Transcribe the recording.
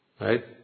Right